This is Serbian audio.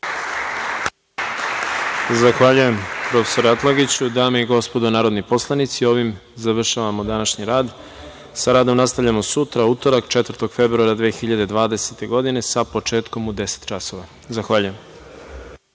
Zahvaljujem, profesore Atlagiću. Dame i gospodo narodni poslanici, ovim završavamo današnji rad. Sa radom nastavljamo sutra u utorak, 4. februara 2020. godine sa početkom u 10,00 časova. Zahvaljujem.